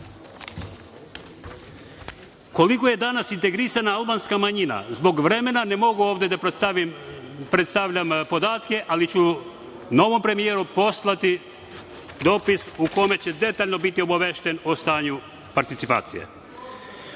SNS.Koliko je danas integrisana albanska manjina, zbog vremena ne mogu ovde da predstavljam podatke, ali ću novom premijeru poslati dopis u kome će detaljno biti obavešten o stanju participacije.U